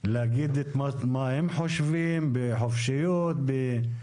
להגיד מה הם חושבים, בחופשיות.